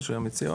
מה שהן מציעות?